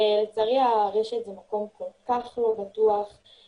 לצערי הרשת זה מקום כל כך לא בטוח,